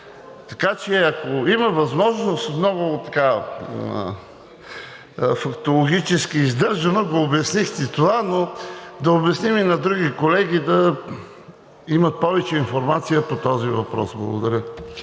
Така че, ако има възможност, много фактологически издържано го обяснихте това, но да обясним и на други колеги да имат повече информация по този въпрос. Благодаря.